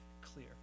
clear